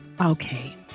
Okay